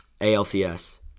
ALCS